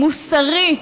המוסרי,